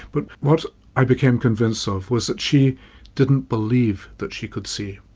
but what i became convinced of was that she didn't believe that she could see.